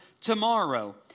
tomorrow